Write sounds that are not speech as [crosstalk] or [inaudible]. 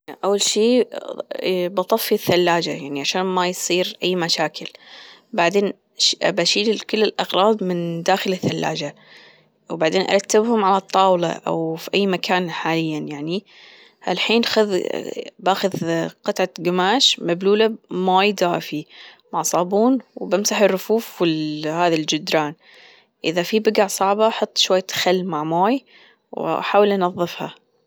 أول شي [hesitation] بأطفي الثلاجة يعني عشان ما يصير أي مشاكل بعدين بأشيل كل الأغراض من داخل الثلاجة وبعدين أرتبهم على الطاولة أو في أي مكان حاليا يعني الحين خذ [hesitation] بأخذ [hesitation] قطعة قماش مبلولة بموي دافي مع صابون وبأمسح الرفوف هذي الجدران إذا في بقع صعبة أحط شوية خل مع موي وأحاول أنظفها.